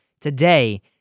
today